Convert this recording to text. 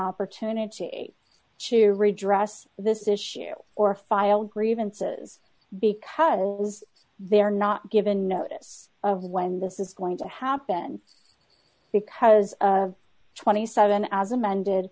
opportunity to redress this issue or file grievances because they are not given notice of when this is going to happen because twenty seven as amended